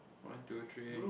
one two three